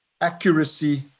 accuracy